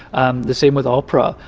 um the same with opera.